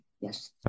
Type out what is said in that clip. yes